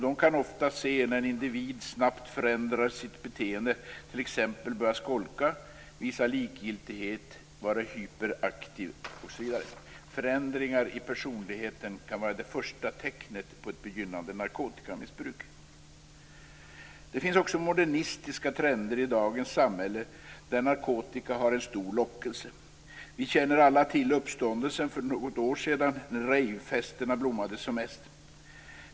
De kan ofta se när en individ snabbt förändrar sitt beteende, t.ex. börjar skolka, visar likgiltighet, är hyperaktiv, osv. Förändringar i personligheten kan vara det första tecknet på ett begynnande narkotikamissbruk. Det finns också modernistiska trender i dagens samhälle där narkotika har en stor lockelse. Vi känner alla till uppståndelsen för något år sedan då rejvfesterna blommade som mest.